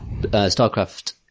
starcraft